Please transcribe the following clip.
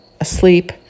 Asleep